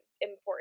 important